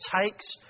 takes